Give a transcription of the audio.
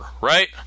right